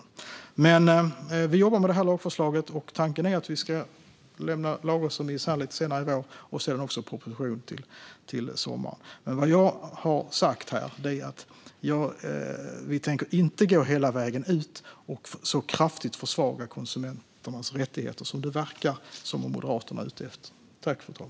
Vi jobbar alltså med detta lagförslag, och tanken är att vi ska lämna en lagrådsremiss lite senare i vår och sedan en proposition till sommaren. Men det som jag har sagt här är att vi inte tänker gå hela vägen och så kraftigt försvaga konsumenternas rättigheter, som det verkar som att Moderaterna är ute efter.